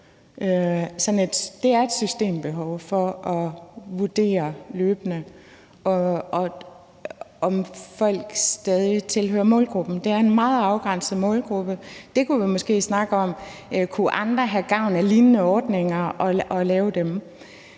Det er systemets behov for at vurdere løbende, om folk stadig væk tilhører målgruppen. Det er en meget afgrænset målgruppe. Det kunne vi måske snakke om, altså om andre kunne have gavn af at lave lignende ordninger. Men jeg